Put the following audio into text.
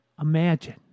Imagine